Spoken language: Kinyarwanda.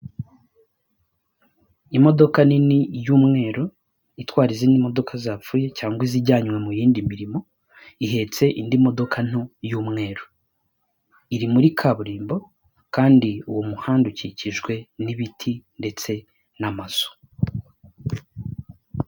Imodoka nini y'umweru itwara izindi modoka zapfuye cyangwa izijyanywe mu yindi mirimo, ihetse indi modoka nto y'umweru, iri muri kaburimbo kandi uwo muhanda ukikijwe n'ibiti ndetse n'amazu.